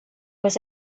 was